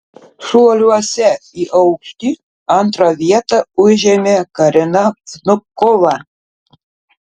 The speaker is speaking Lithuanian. šuoliuose į aukštį antrą vietą užėmė karina vnukova